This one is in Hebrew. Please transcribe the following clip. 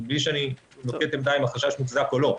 מבלי שאני נוקט עמדה אם החשש מוצדק או לא.